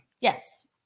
Yes